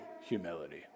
humility